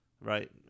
right